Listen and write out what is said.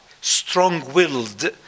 strong-willed